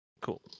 Cool